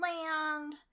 land